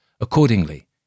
Accordingly